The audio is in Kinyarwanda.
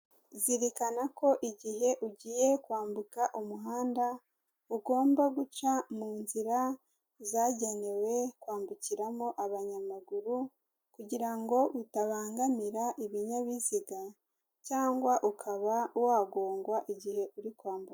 Zirikana ko igihe ugiye kwambuka umuhanda, ugomba guca mu nzira zagenewe kwambukiramo abanyamaguru, kugira ngo utabangamira ibinyabiziga cyangwa ukaba wagongwa igihe uri kwambuka.